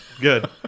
good